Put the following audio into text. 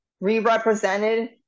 re-represented